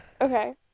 Okay